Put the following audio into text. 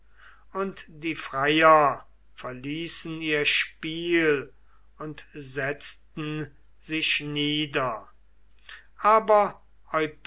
und die freier verließen ihr spiel und setzten sich nieder aber